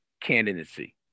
candidacy